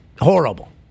horrible